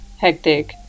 Hectic